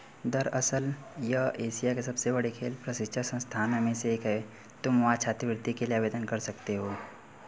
दरअसल यह एशिया के सबसे बड़े खेल प्रशिक्षण संस्थानों में से एक है तुम वहाँ छात्रवृत्ति के लिए आवेदन कर सकते हो